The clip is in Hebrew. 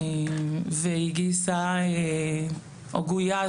והיא גייסה או גויס,